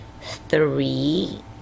three